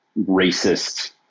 racist